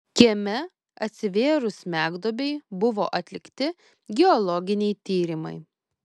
kieme atsivėrus smegduobei buvo atlikti geologiniai tyrimai